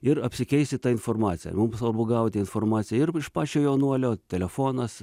ir apsikeisti ta informacija svarbu gauti informaciją ir iš pačio jaunuolio telefonas